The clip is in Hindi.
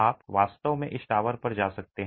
आप वास्तव में इस टॉवर पर जा सकते हैं